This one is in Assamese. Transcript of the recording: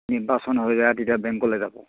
নিৰ্বাচন হৈ যায় তেতিয়া বেংকলৈ যাব